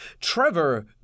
Trevor